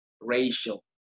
racial